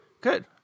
Good